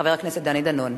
חבר הכנסת דני דנון.